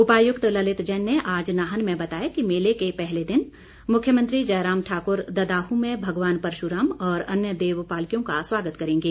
उपायुक्त ललित जैन ने आज नाहन में बताया कि मेले के पहले दिन मुख्यमंत्री जयराम ठाकूर ददाह में भगवान परशुराम और अन्य देव पालकियों का स्वागत करेंगे